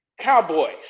Cowboys